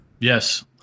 yes